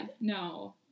no